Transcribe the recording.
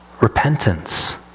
repentance